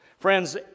Friends